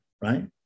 Right